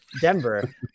Denver